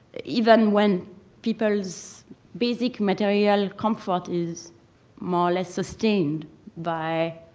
even when people's basic material comfort is more or less sustained by